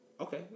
Okay